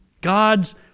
God's